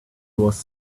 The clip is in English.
was